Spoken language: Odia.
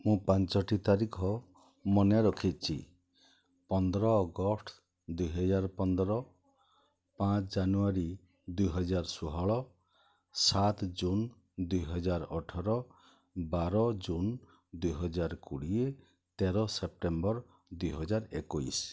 ମୁଁ ପାଞ୍ଚଟି ତାରିଖ ମନେ ରଖିଛି ପନ୍ଦର ଅଗଷ୍ଟ ଦୁଇହଜାର ପନ୍ଦର ପାଞ୍ଚ ଜାନୁଆରୀ ଦୁଇହଜାର ଷୋହଳ ସାତ ଜୁନ ଦୁଇହଜାର ଅଠର ବାର ଜୁନ ଦୁଇହଜାର କୋଡ଼ିଏ ତେର ସେପ୍ଟେମ୍ବର ଦୁଇହଜାର ଏକୋଇଶ